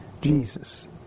Jesus